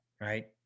right